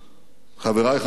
חברי חברי הכנסת,